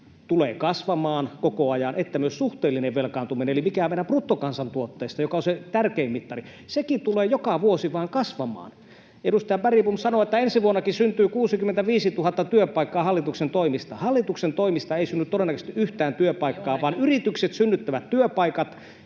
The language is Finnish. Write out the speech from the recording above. tulee kasvamaan koko ajan että myös suhteellinen velkaantuminen, eli mikä meidän bruttokansantuotteesta, joka on se tärkein mittari, sekin tulee joka vuosi vain kasvamaan. Edustaja Bergbom sanoi, että ensi vuonnakin syntyy 65 000 työpaikkaa hallituksen toimista. Hallituksen toimista ei synny todennäköisesti yhtään työpaikkaa, vaan yritykset synnyttävät työpaikat,